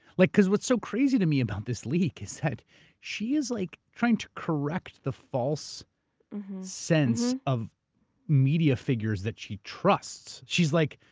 like because what's so crazy to me about this leak is that she is like trying to correct the false sense of media figures that she trusts. she's like,